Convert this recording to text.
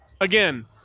again